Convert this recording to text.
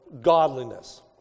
godliness